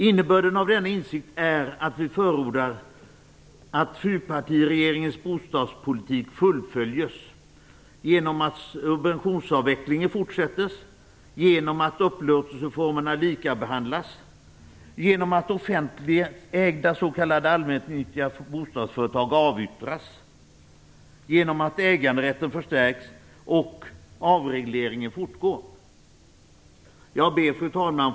Innebörden av denna insikt är att vi förordar att fyrpartiregeringens bostadspolitik skall fullföljas genom att subventionsavvecklingen fortsättes, genom att alla upplåtelseformer likabehandlas, genom att offentligt ägda s.k. allmännyttiga bostadsföretag avyttras, genom att äganderätten förstärks och genom att avregleringen fortgår. Fru talman!